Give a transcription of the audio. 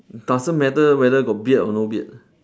doesn't matter whether got beard or no beard